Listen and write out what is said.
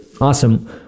Awesome